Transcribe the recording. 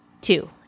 two